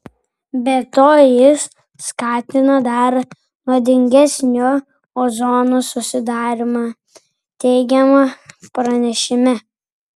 be to jis skatina dar nuodingesnio ozono susidarymą teigiama pranešime